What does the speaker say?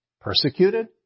Persecuted